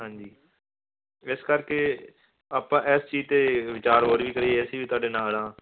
ਹਾਂਜੀ ਇਸ ਕਰਕੇ ਆਪਾਂ ਇਸ ਚੀਜ਼ 'ਤੇ ਵਿਚਾਰ ਹੋਰ ਵੀ ਕਰੀਏ ਅਸੀਂ ਵੀ ਤੁਹਾਡੇ ਨਾਲ ਹਾਂ